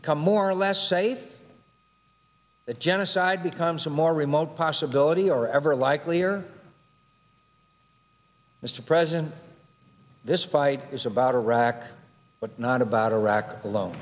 become more or less safe that genocide becomes a more remote possibility or ever likely or mr president this fight is about iraq but not about iraq alone